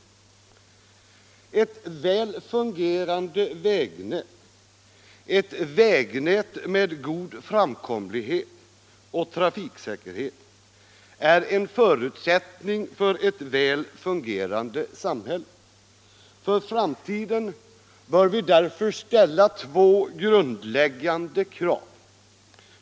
Ett väl fungerande vägnät — med god framkomlighet och trafiksäkerhet — är en förutsättning för ett väl fungerande samhälle. För framtiden bör vi därför ställa två grundläggande krav.